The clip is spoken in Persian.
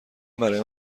برای